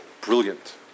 brilliant